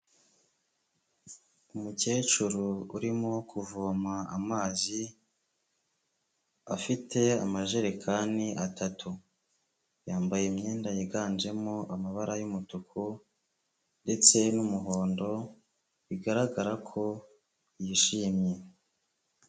Umukecuru urimo kuvoma amazi, afite amajerekani atatu, yambaye imyenda yiganjemo amabara y'umutuku ndetse n'umuhondo, bigaragara ko yishimye.